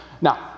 Now